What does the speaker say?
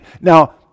Now